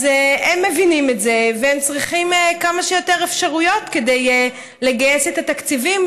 אז הם מבינים את זה והם צריכים כמה שיותר אפשרויות כדי לגייס תקציבים,